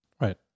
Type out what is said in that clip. right